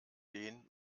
den